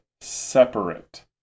separate